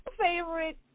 favorite